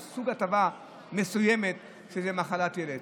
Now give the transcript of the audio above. יש סוג הטבה מסוימת שהיא מחלת ילד.